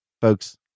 folks